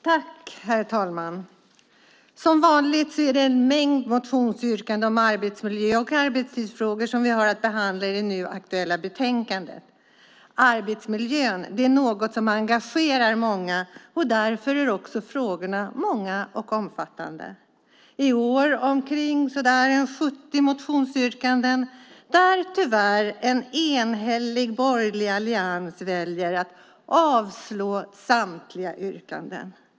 Herr talman! Som vanligt är det en mängd motionsyrkanden om arbetsmiljö och arbetstidsfrågor vi har att behandla i det nu aktuella betänkandet. Arbetsmiljön är något som engagerar många, och därför är också frågorna många och omfattande. I år finns omkring 70 motionsyrkanden. Tyvärr väljer en enhällig borgerlig allians att avstyrka samtliga yrkanden.